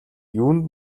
юунд